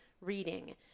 reading